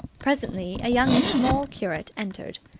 presently a young small curate entered.